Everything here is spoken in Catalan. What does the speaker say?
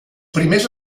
primers